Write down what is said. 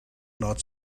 not